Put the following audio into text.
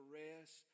rest